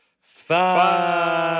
five